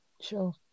sure